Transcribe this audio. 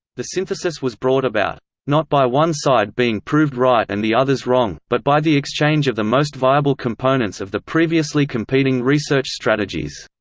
the synthesis was brought about not by one side being proved right and the others wrong, but by the exchange of the most viable components of the previously competing research strategies.